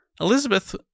Elizabeth